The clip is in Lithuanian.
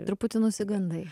truputį nusigandai